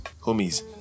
homies